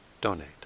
donate